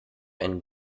einen